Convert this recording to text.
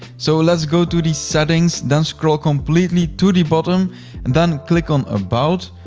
so let's go to the settings, then scroll completely to the bottom and then click on about.